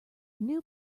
new